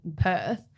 Perth